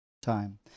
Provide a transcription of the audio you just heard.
time